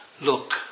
Look